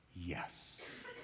yes